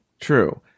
True